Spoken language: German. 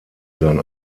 sein